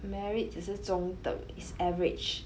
merit 只是中等 it's average